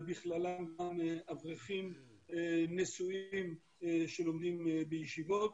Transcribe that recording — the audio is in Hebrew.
ובכללם גם אברכים נשואים שלומדים בישיבות,